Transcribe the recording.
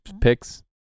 picks